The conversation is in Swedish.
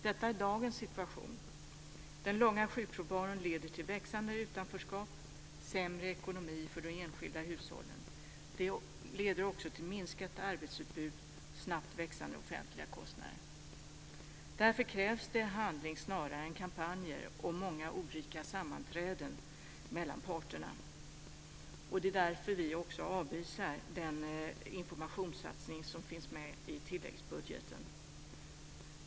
Detta är dagens situation. Den långa sjukfrånvaron leder till växande utanförskap och sämre ekonomi för de enskilda hushållen. Det leder också till minskat arbetsutbud och snabbt växande offentliga kostnader. Därför krävs det handling snarare än kampanjer och många ordrika sammanträden mellan parterna. Därför avvisar vi den föreslagna informationssatsningen i tilläggsbudgeten.